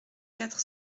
quatre